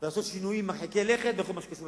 ולעשות שינויים מרחיקי לכת בכל מה שקשור לתכנון,